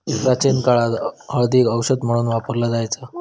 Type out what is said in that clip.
प्राचीन काळात हळदीक औषध म्हणून वापरला जायचा